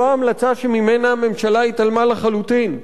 זו ההמלצה שממנה הממשלה התעלמה לחלוטין.